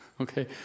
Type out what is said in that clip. Okay